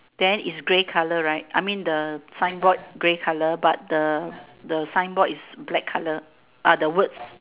then is grey colour right I mean the signboard grey colour but the the signboard is black colour ah the words